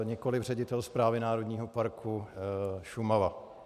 Nikoliv ředitel Správy národního parku Šumava.